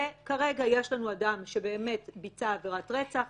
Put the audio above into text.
וכרגע יש לנו אדם שביצע עבירת רצח,